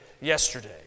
yesterday